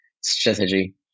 strategy